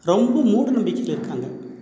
ரொம்ப மூட நம்பிக்கையில் இருக்காங்கள்